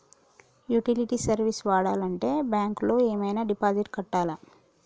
Utility service వాడాలంటే bank లో ఏమైనా డిపాజిట్ కట్టాలా?